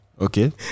Okay